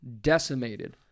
decimated